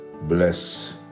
Bless